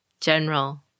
general